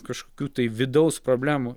kažkokių tai vidaus problemų